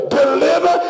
deliver